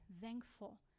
thankful